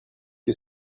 que